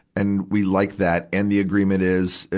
and we like that. and the agreement is, it,